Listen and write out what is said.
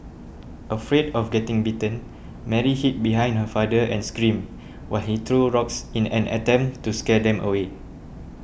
afraid of getting bitten Mary hid behind her father and screamed while he threw rocks in an attempt to scare them away